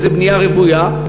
אם זה בנייה רוויה,